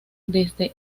desde